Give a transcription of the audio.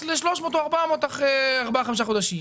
ל-300 או 400 שקלים אחרי 4 5 חודשים.